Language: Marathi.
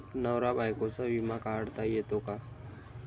नवरा बायकोचा विमा काढता येतो का?